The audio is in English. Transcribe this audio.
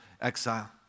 exile